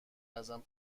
ازم